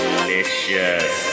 Delicious